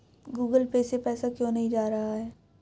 Google Pay से पैसा क्यों नहीं जा रहा है?